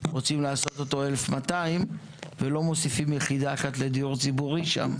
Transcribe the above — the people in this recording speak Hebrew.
רוצים לעשות אותו 1,200 ולא מוסיפים יחידה אחת לדיור ציבורי שם.